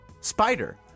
Spider